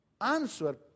answer